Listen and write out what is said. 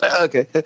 Okay